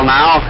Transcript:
now